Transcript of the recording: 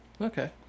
Okay